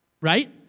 Right